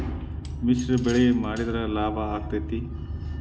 ಮಿಶ್ರ ಬೆಳಿ ಮಾಡಿದ್ರ ಲಾಭ ಆಕ್ಕೆತಿ?